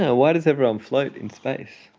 ah why does everyone float in space?